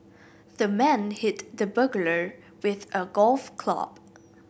the man hit the burglar with a golf club